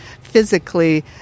physically